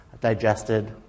digested